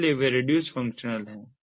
इसलिए वे reduced functional है